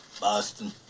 Boston